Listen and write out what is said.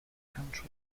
country